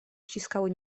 ściskały